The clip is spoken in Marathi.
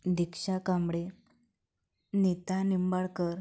दीक्षा कांबडे नीता निंबाळकर